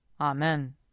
Amen